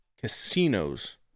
casinos